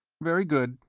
very good.